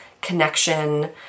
connection